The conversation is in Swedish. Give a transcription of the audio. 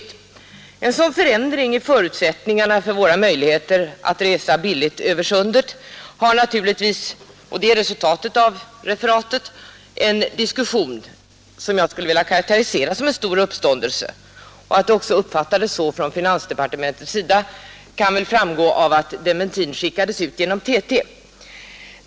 Ryktet om en sådan förändring av förutsättningarna för våra möjligheter att resa billigt över sundet har naturligtvis lett till — och det är resultatet av referatet — en diskussion, som jag skulle vilja karakterisera som en stor uppståndel Att det hela också uppfattades så från finansdepartementets sida framgår av att en dementi skickades ut genom TT.